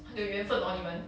很有缘分 hor 你们